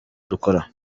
dukora